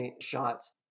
shots